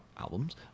albums